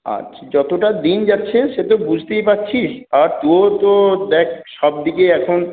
আচ্ছা যতটা দিন যাচ্ছে সে তো বুঝতেই পারছিস আর তোর তো দেখ সব দিকে এখন